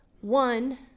One